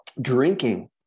drinking